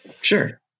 Sure